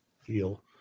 feel